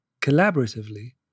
collaboratively